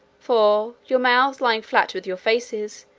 for, your mouths lying flat with your faces,